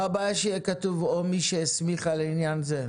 הבעיה שיהיה כתוב "או מי שהסמיכה לעניין זה"?